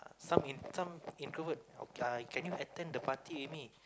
some in some introvert uh can you attend the party with me